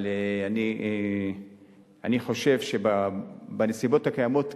אבל אני חושב שבנסיבות הקיימות,